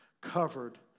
covered